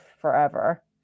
forever